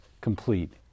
complete